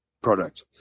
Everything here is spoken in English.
product